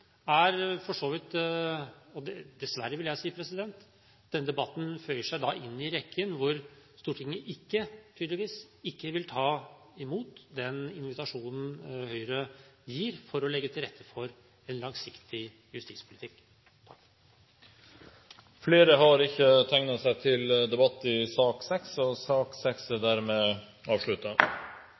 Dessverre – vil jeg si – føyer denne debatten seg inn i rekken hvor Stortinget tydeligvis ikke vil ta imot den invitasjonen Høyre har for å legge til rette for en langsiktig justispolitikk. Flere har ikke bedt om ordet til sak nr. 6. Etter ønske fra justiskomiteen vil presidenten foreslå at taletiden begrenses til 40 minutter og